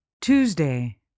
Tuesday